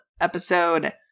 episode